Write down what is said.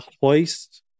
hoist